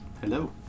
Hello